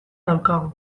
daukagu